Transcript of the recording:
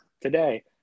today